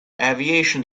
aviation